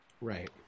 Right